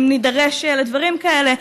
אם נידרש לדברים כאלה,